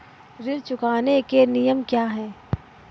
ऋण चुकाने के नियम क्या हैं?